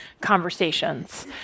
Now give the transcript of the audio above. conversations